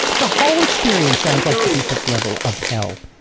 the whole experience sounds like the deepest level of hell.